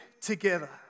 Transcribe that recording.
together